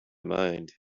mind